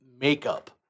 makeup